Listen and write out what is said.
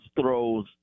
throws –